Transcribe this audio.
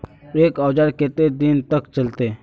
एक औजार केते दिन तक चलते?